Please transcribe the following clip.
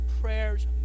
prayers